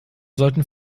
sollten